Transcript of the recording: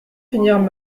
finirent